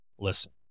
Listen